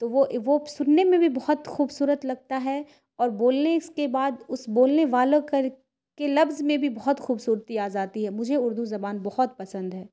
تو وہ وہ سننے میں بھی بہت خوبصورت لگتا ہے اور بولنے اس کے بعد اس بولنے والوں کے لفظ میں بھی بہت خوبصورتی آ جاتی ہے مجھے اردو زبان بہت پسند ہے